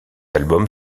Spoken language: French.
album